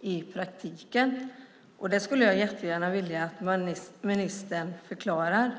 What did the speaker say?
i praktiken. Det skulle jag jättegärna vilja att ministern förklarar.